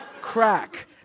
Crack